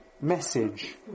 message